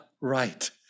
right